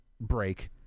break